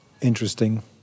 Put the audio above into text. interesting